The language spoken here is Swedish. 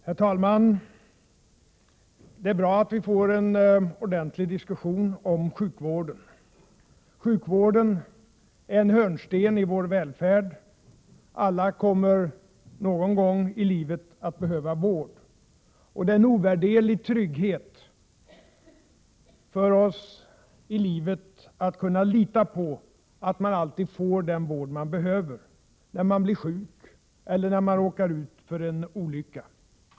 Herr talman! Det är bra att vi får en ordentlig diskussion om sjukvården. Sjukvården är en hörnsten i vår välfärd. Alla kommer någon gång i livet att behöva vård. Det är en ovärderlig trygghet i livet att kunna lita på att man alltid får den vård man behöver, när man blir sjuk eller när man råkar ut för en olycka.